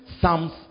Psalms